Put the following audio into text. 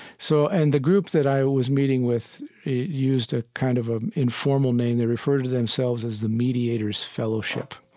so and the group that i was meeting with used a kind of an informal name. they referred to themselves as the mediators fellowship.